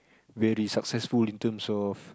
very successful in terms of